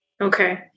Okay